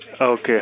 Okay